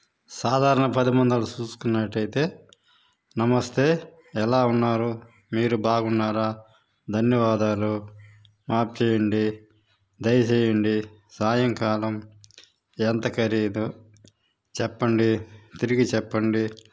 సాదారణ పదబంధాలు చూసుకున్నటైతే నమస్తే ఎలా ఉన్నారు మీరు బాగున్నారా ధన్యవాదాలు మాప్ చేయండి దయచేయండి సాయంకాలం ఎంత ఖరీదు చెప్పండి తిరిగి చెప్పండి